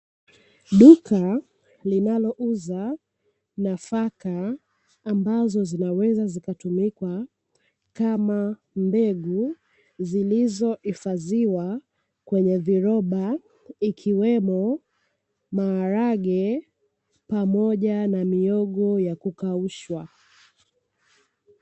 Duka linalouza nafaka ambazo zinaweza zinatumika kama mbegu, zilizohifadhiwa kwenye viroba ikiwemo maharage pamoja na mihogo ya kukaushwa.